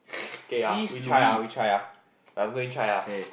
okay ah we try ah we try I'm going try ah